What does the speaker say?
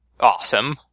awesome